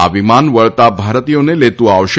આ વિમાન વળતાં ભારતીયોને લેતું આવશે